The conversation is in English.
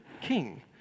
king